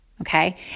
okay